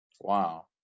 Wow